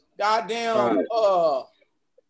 goddamn